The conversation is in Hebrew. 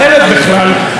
מטעם מפלגת כולנו,